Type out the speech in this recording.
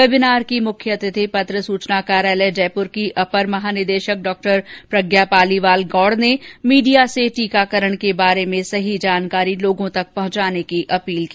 webinar की मुख्य अतिथि पत्र सूचना कार्यालय जयप्र की अपर महानिदेशक डॉ प्रज्ञा पालीवाल गौड़ ने मीडिया से ट्रीकाकरण के बारे में सही जानकारी लोगों तक पहुंचाने की अपील की